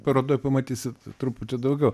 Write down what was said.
parodoj pamatysit truputį daugiau